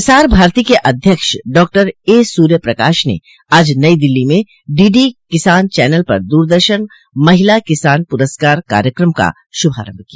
प्रसार भारती के अध्यक्ष डॉ एसूर्यप्रकाश ने आज नई दिल्ली में डीडी किसान चनल पर दूरदर्शन महिला किसान पुरस्कार कार्यक्रम का शुभारंभ किया